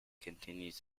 continues